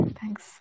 Thanks